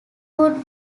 could